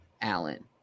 Allen